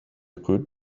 good